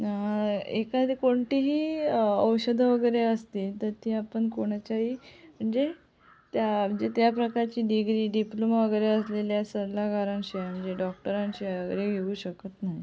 एखादे कोणतीही औषधं वगैरे असते तर ते आपण कोणाच्याही म्हणजे त्या म्हणजे त्या प्रकारची डिग्री डिप्लोमा वगैरे असलेल्या सल्लागारांची म्हणजे डॉक्टरांशी वगैरे घेऊ शकत नाही